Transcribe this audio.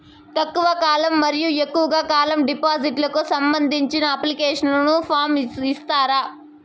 తక్కువ కాలం మరియు ఎక్కువగా కాలం డిపాజిట్లు కు సంబంధించిన అప్లికేషన్ ఫార్మ్ ఇస్తారా?